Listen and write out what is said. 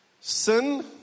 sin